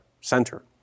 center